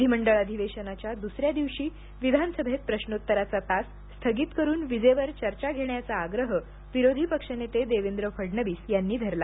विधीमंडळ अधिवेशनाच्या दुसऱ्या दिवशी विधानसभेत प्रश्नोत्तराचा तास स्थगित करून विजेवर चर्चा घेण्याचा आग्रह विरोधी पक्षनेते देवेंद्र फडणवीस यांनी धरला